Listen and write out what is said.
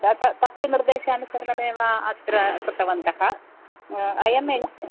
तत्र तस्य निर्देशानुसारमेव अत्र कृतवन्तः ऐ एम् एण्ट्